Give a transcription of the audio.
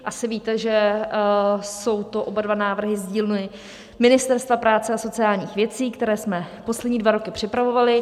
Asi víte, že jsou to oba návrhy z dílny Ministerstva práce a sociálních věcí, které jsme poslední dva roky připravovali.